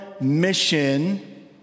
mission